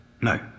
No